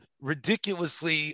ridiculously